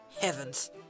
Heavens